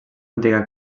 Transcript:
antiga